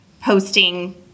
posting